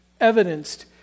evidenced